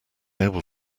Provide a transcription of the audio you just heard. able